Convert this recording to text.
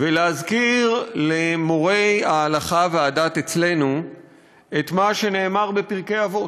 ולהזכיר למורי ההלכה והדת אצלנו את מה שנאמר בפרקי אבות.